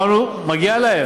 למה?